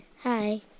Hi